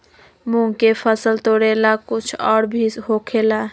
मूंग के फसल तोरेला कुछ और भी होखेला?